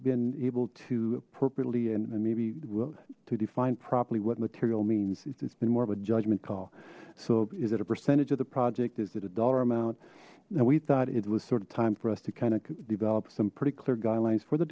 and maybe will to define properly what material means it's been more of a judgment call so is it a percentage of the project is it a dollar amount and we thought it was sort of time for us to kind of develop some pretty clear guidelines for the